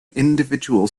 individual